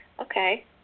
Okay